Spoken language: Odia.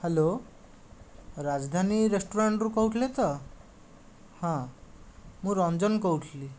ହ୍ୟାଲୋ ରାଜଧାନୀ ରେସ୍ତୋରାଁରୁ କହୁଥିଲେ ତ ହଁ ମୁଁ ରଞ୍ଜନ କହୁଥିଲି